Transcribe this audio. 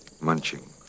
munching